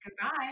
Goodbye